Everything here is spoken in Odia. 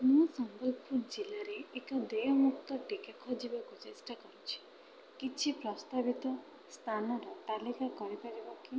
ମୁଁ ସମ୍ବଲପୁର ଜିଲ୍ଲାରେ ଏକ ଦେୟମୁକ୍ତ ଟିକା ଖୋଜିବାକୁ ଚେଷ୍ଟା କରୁଛି କିଛି ପ୍ରସ୍ତାବିତ ସ୍ଥାନର ତାଲିକା କରିପାରିବ କି